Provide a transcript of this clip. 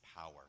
power